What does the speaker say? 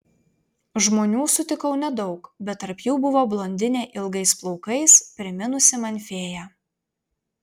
žmonių sutikau nedaug bet tarp jų buvo blondinė ilgais plaukais priminusi man fėją